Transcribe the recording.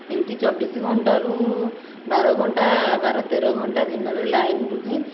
ଏମିତି ଚବିଶ ଘଣ୍ଟାରୁ ବାର ଘଣ୍ଟା ବାର ତେର ଘଣ୍ଟା ଦିନରେ ଲାଇନ୍ ରୁହେ